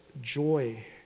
joy